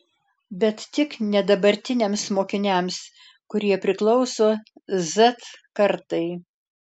bet tik ne dabartiniams mokiniams kurie priklauso z kartai